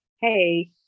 hey